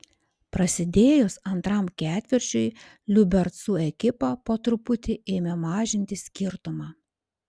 prasidėjus antram ketvirčiui liubercų ekipa po truputį ėmė mažinti skirtumą